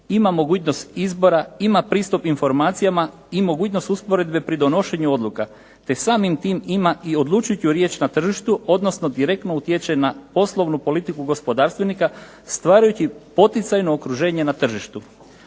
ima mogućnost izbora, ima pristup informacijama i mogućnost usporedbe pri donošenju odluka, te samim tim ima i odlučujuću riječ na tržištu odnosno direktno utječe na poslovnu politiku gospodarstvenika starajući poticajno okruženje na tržištu.